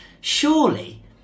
Surely